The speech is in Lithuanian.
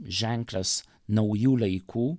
ženklas naujų laikų